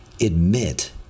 Admit